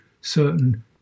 certain